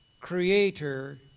creator